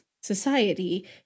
society